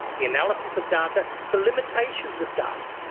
the analysis of data, the limitations of data.